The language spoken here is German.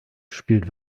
spielt